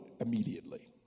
immediately